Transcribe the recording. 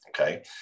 Okay